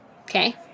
Okay